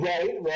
Right